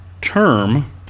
term